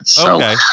Okay